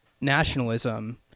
Nationalism